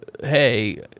hey